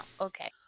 okay